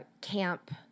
camp